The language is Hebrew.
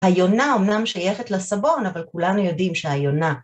היונה אמנם שייכת לסבון, אבל כולנו יודעים שהיונה.